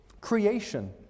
Creation